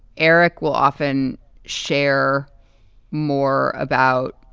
eric will often share more about,